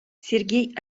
сергей